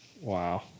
Wow